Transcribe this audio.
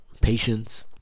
patience